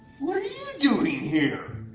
what are you doing here?